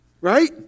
right